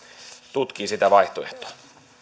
tutkii sitä vaihtoehtoa